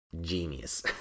genius